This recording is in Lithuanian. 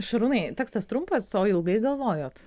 šarūnai tekstas trumpas o ilgai galvojot